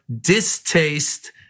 distaste